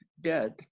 dead